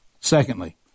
Secondly